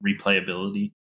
replayability